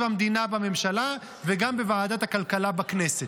המדינה בממשלה וגם בוועדת הכלכלה בכנסת.